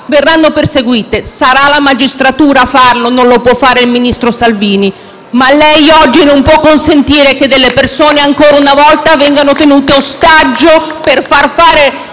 verranno perseguite, sarà la magistratura a farlo, non lo può fare il ministro Salvini, ma lei oggi non può consentire che delle persone ancora una volta vengano tenute in ostaggio per fare